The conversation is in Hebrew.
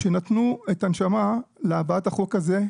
שנתנו את הנשמה להבאת החוק הזה,